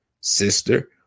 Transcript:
sister